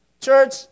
Church